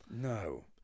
No